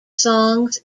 songs